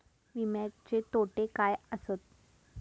विमाचे तोटे काय आसत?